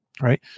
right